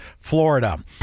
Florida